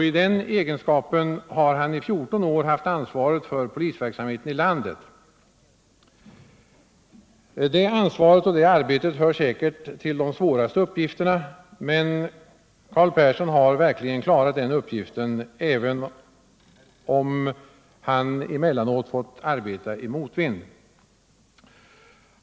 I den egenskapen har han i 14 år haft ansvaret för polisverksamheten i landet. Det ansvaret och det arbetet hör säkert till de svåraste uppgifterna, men Carl Persson har verkligen klarat uppgiften, även om han emellanåt fått arbeta i motvind.